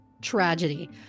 tragedy